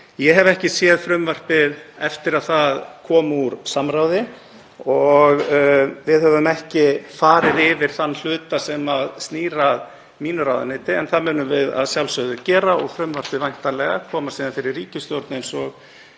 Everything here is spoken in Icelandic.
Ég hef ekki séð frumvarpið eftir að það kom úr samráði og við höfum ekki farið yfir þann hluta sem snýr að mínu ráðuneyti. En það munum við að sjálfsögðu gera og frumvarpið væntanlega koma síðan fyrir ríkisstjórn eins og